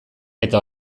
eta